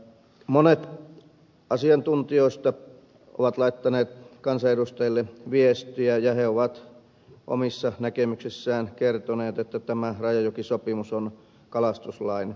monet asiantuntijoista ovat laittaneet kansanedustajille viestiä ja he ovat omissa näkemyksissään kertoneet että tämä rajajokisopimus on kalastuslain vastainen